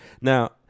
Now